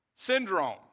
syndrome